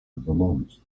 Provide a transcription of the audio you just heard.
vermont